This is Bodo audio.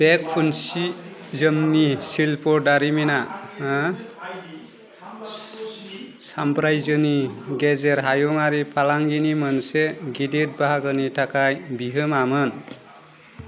बे खुनसि जोमनि शिल्प' दारिमिना सामरायजोनि गेजेर हायुंआरि फालांगिनि मोनसे गिदिर बाहागोनि थाखाय बिहोमामोन